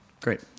Great